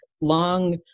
long